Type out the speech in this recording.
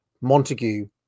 Montague